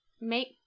make